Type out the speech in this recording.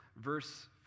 Verse